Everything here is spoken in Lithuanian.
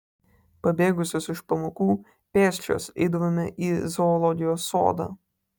pabėgusios iš pamokų pėsčios eidavome į zoologijos sodą